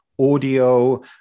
audio